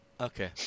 Okay